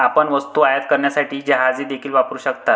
आपण वस्तू आयात करण्यासाठी जहाजे देखील वापरू शकता